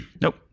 Nope